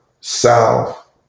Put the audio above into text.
South